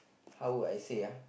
how would I say uh